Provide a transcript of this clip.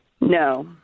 No